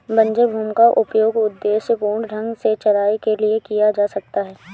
बंजर भूमि का उपयोग उद्देश्यपूर्ण ढंग से चराई के लिए किया जा सकता है